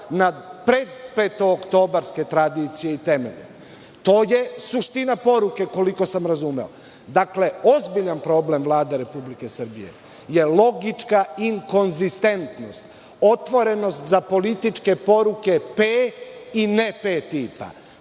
na pred petooktobarske tradicije i temelje. To je suština poruke, koliko sam razumeo. Dakle, ozbiljan problem Vlade Republike Srbije je logička inkonzistentnost, otvorenost za političke poruke P i ne P tipa,